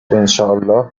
انشاالله